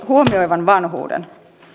huomioivan vanhuuden